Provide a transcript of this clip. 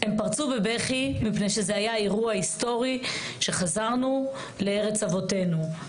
בבכי מפני שזה היה אירוע היסטורי בו חזרנו לארץ אבותינו.